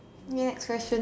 next question